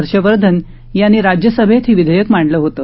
हर्षवर्धन यांनी राज्यसभेत हे विधेयक मांडलं होतं